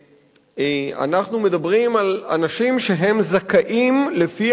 ואנחנו מדברים על אנשים שהם זכאים לפי